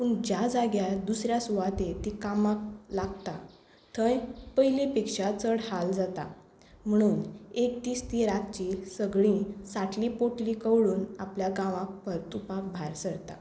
पूण ज्या जाग्यार दुसऱ्या सुवातेर तीं कामाक लागतात थंय पयलीं पेक्षा चड हाल जाता म्हणून एक दीस तीं रातचीं सगळीं साठली पोटली कवळून आपल्या गांवाक परतुपाक भायर सरतात